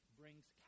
brings